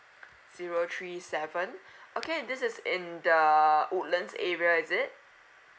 zero three seven okay this is in the woodlands area is it